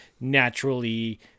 naturally